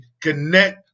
connect